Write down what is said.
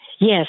Yes